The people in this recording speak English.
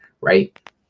right